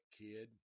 kid